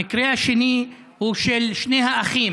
המקרה השני הוא של שני האחים